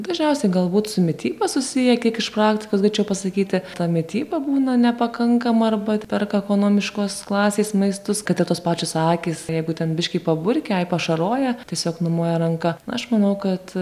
dažniausiai galbūt su mityba susiję kiek iš praktikos galėčiau pasakyti ta mityba būna nepakankama arba atperka ekonomiškos klasės maistus kad ir tos pačios akys jeigu ten biškį paburkę ai paašaroja tiesiog numoja ranka aš manau kad